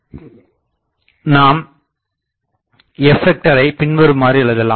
அதற்காக நாம் f ஐ பின்வருமாறு எழுதலாம்